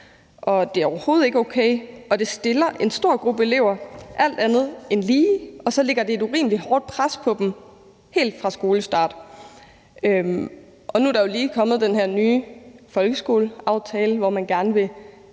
det er overhovedet ikke okay, og det stiller en stor gruppe elever alt andet end lige, og så lægger det et urimelig hårdt pres på dem helt fra skolestart. Nu er der jo lige kommet den her nye folkeskoleaftale, hvor man gerne vil